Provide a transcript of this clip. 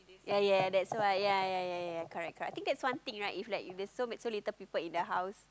yea yea that's why yea yea yea yea yea correct correct I think that's one thing right if like if there's so many so little people in the house